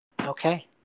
Okay